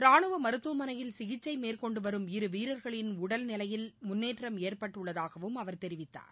ராணுவ மருத்துவமனையில் சிகிச்சை மேற்கொண்டு வரும் இரு வீரர்களின் உடல்நிலையில் முன்னேற்றம் ஏற்பட்டுள்ளதாகவும் அவர் தெரிவித்தார்